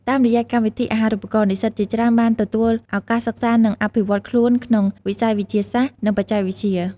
តាមរយៈកម្មវិធីអាហារូបករណ៍ និស្សិតជាច្រើនបានទទួលឱកាសសិក្សានិងអភិវឌ្ឍខ្លួនក្នុងវិស័យវិទ្យាសាស្ត្រ និងបច្ចេកវិទ្យា។